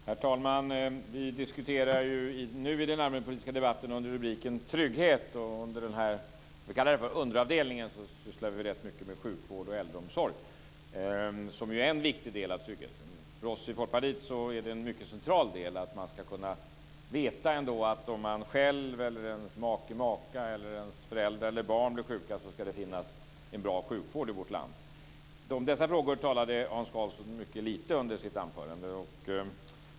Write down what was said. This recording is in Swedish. Herr talman! Vi diskuterar nu i den allmänpolitiska debatten under rubriken Trygghet. I denna underavdelning sysslar vi rätt mycket med sjukvård och äldreomsorg, som ju är en viktig del av tryggheten. För oss i Folkpartiet är det en mycket central del. Man ska kunna veta att det finns en bra sjukvård i vårt land om man själv, ens make eller maka, ens föräldrar eller ens barn blir sjuka. Om dessa frågor talade Hans Karlsson mycket lite under sitt anförande.